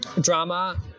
drama